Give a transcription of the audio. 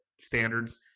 standards